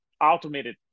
automated